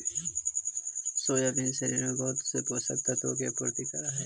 soybean शरीर में बहुत से पोषक तत्वों की आपूर्ति करअ हई